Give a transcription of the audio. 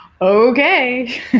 okay